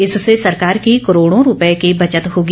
इससे सरकार की करोड़ों रूपये की बचत होगी